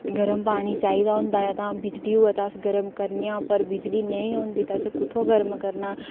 गर्म पानी चाहिदा होंदा ऐ तां बिजली होऐ तां अस गर्म करने आं पर बिजली नेईं होऐ तां कुत्थूं गर्म करना ऐ